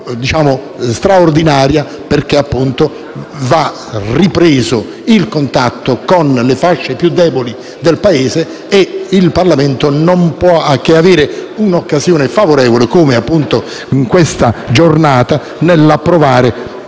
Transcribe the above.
straordinaria perché va ripreso il contatto con le fasce più deboli del Paese ed il Parlamento non può che trovare un'occasione favorevole, come in questa giornata, nell'approvare